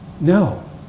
No